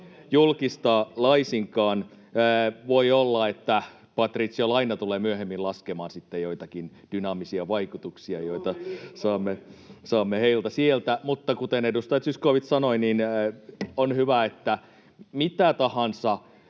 julkistaa laisinkaan. Voi olla, että Patrizio Lainà tulee myöhemmin laskemaan sitten joitakin dynaamisia vaikutuksia, joita saamme heiltä sieltä. [Ben Zyskowicz: Nomen est omen!] Mutta kuten edustaja Zyskowicz sanoi, on hyvä, että mitä tahansa